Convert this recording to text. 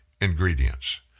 ingredients